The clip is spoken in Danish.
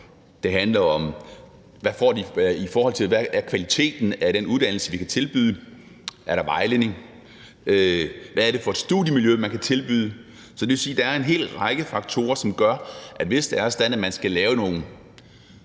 det handler om, hvad kvaliteten er af den uddannelse, vi kan tilbyde, om der er vejledning, hvad det er for et studiemiljø, man kan tilbyde. Så det vil sige, at der er en hel række faktorer, som man skal have med.